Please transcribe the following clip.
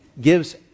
gives